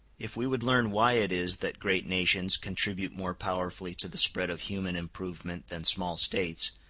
if we would learn why it is that great nations contribute more powerfully to the spread of human improvement than small states,